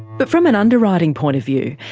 but from an underwriting point of view,